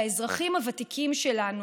והאזרחים הוותיקים שלנו,